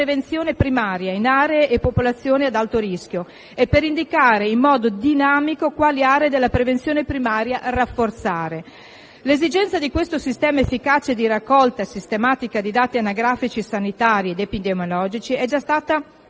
di prevenzione primaria in aree e popolazioni ad alto rischio e per indicare in modo dinamico quali aree della prevenzione primaria rafforzare. L'esigenza di questo sistema efficace di raccolta sistematica di dati anagrafici sanitari ed epidemiologici è stata